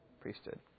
priesthood